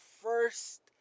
first